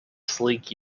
sleek